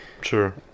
Sure